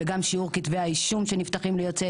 וגם שיעור כתבי האישום שנפתחים ליוצאי